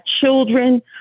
children